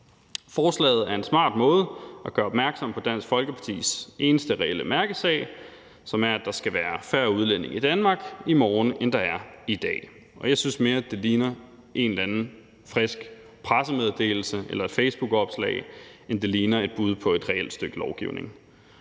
Forslaget er en smart måde at gøre opmærksom på Dansk Folkepartis eneste reelle mærkesag på, som er, at der skal være færre udlændinge i Danmark i morgen, end der er i dag. Jeg synes mere, at det ligner en eller anden frisk pressemeddelelse eller et facebookopslag, end det ligner et bud på et reelt stykke lovgivning.